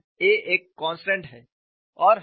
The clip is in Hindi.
और A एक कॉन्स्टेंट है